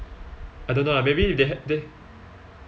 I don't know ah maybe they h~ they